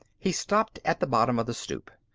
he stopped at the bottom of the stoop.